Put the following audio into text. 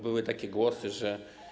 Były takie głosy, że.